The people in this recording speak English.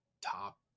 top